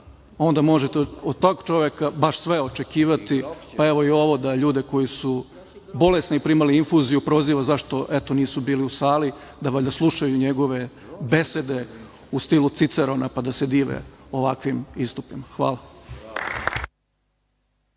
onda možete od takvog čoveka baš sve očekivati, pa evo i ovo da ljude koji su bolesni i primali infuziju proziva zašto nisu bili u sali da valjda slušaju njegove besede u stilu Cicerona, pa da se dive ovakvim istupima. Hvala.